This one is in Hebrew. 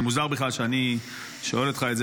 זה מוזר בכלל שאני שואל אותך את זה,